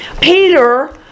Peter